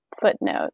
footnote